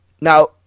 Now